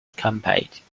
campaigns